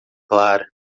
clara